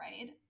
right